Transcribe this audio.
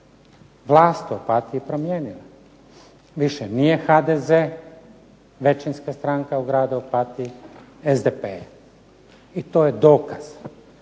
vlast u Opatiji promijenila. Više nije HDZ većinska stranka u gradu Opatiji, SDP je. I to je dokaz